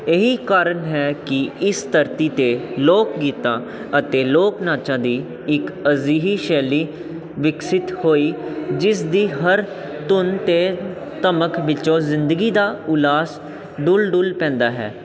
ਇਹ ਹੀ ਕਾਰਨ ਹੈ ਕਿ ਇਸ ਧਰਤੀ 'ਤੇ ਲੋਕ ਗੀਤਾਂ ਅਤੇ ਲੋਕ ਨਾਚਾਂ ਦੀ ਇੱਕ ਅਜਿਹੀ ਸ਼ੈਲੀ ਵਿਕਸਿਤ ਹੋਈ ਜਿਸ ਦੀ ਹਰ ਧੁੰਨ ਅਤੇ ਧਮਕ ਵਿੱਚੋਂ ਜ਼ਿੰਦਗੀ ਦਾ ਉਲਾਸ ਡੁੱਲ੍ਹ ਡੁੱਲ੍ਹ ਪੈਂਦਾ ਹੈ